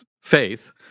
faith